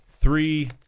Three